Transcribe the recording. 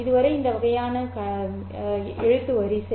இதுவரை இந்த வகையான கடித வரிசை